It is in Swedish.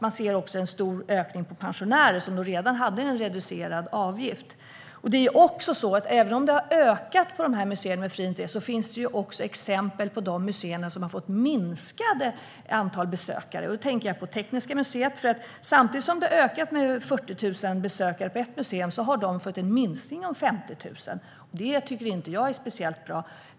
Man ser också en stor ökning av pensionärer, som redan hade reducerad avgift. Även om antalet besök har ökat på museer med fri entré finns det också exempel på sådana museer som har fått ett minskat antal besökare. Jag tänker på Tekniska museet. Samtidigt som antalet besökare har ökat med 40 000 på ett museum har man där fått en minskning med 50 000. Det tycker inte jag är speciellt bra.